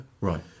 right